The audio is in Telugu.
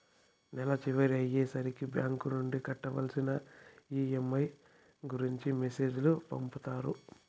నెల చివర అయ్యే సరికి బ్యాంక్ నుండి కట్టవలసిన ఈ.ఎం.ఐ గురించి మెసేజ్ లు పంపుతారు